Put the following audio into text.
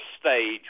stage